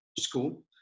school